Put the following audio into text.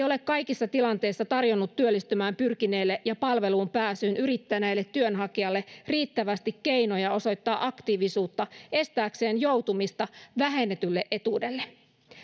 ole kaikissa tilanteissa tarjonnut työllistymään pyrkineelle ja palveluun pääsyä yrittäneelle työnhakijalle riittävästi keinoja osoittaa aktiivisuutta estääkseen joutumista vähennetylle etuudelle